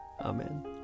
Amen